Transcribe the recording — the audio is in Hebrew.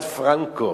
"פרנקו"